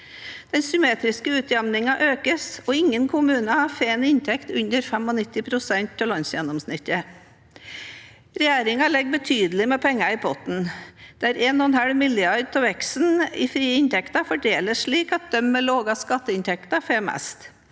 Den symmetriske utjevningen økes, og ingen kommuner får en inntekt under 95 pst. av landsgjennomsnittet. Regjeringen legger betydelig med penger i potten, der 1,5 mrd. kr av veksten i frie inntekter fordeles slik at de med lavest skatteinntekter får mest.